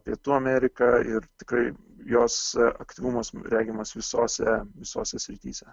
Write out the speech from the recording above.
pietų ameriką ir tikrai jos aktyvumas regimas visose visose srityse